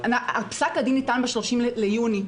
פסק הדין ניתן ב-30 ביוני.